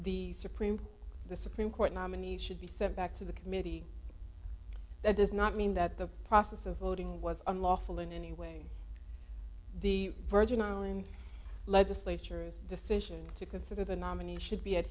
the supreme the supreme court nominees should be sent back to the committee that does not mean that the process of voting was unlawful in any way the virgin island legislature is decision to consider the nominees should be a